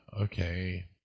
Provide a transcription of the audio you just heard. okay